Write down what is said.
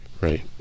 right